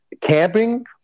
camping